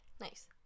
Nice